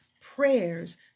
prayers